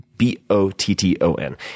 B-O-T-T-O-N